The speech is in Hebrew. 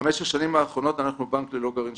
בחמש השנים האחרונות אנחנו בנק ללא גרעין שליטה.